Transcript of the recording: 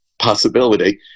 possibility